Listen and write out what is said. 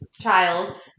child